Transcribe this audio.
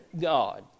God